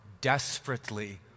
desperately